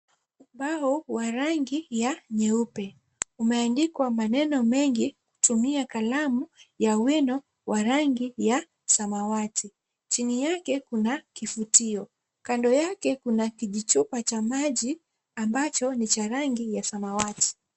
Ubao wa rangi ya nyeupe. Umeandikwa maneno mengi kutumia kalamu ya wino wa rangi ya samawati. Chini yake kuna kifutio. Kando yake kuna kijichupa cha maji ambacho ni cha rangi ya samawati.